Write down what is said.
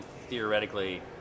theoretically